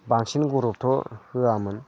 बांसिन गुरुदथ' होवामोन